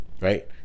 Right